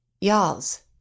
y'all's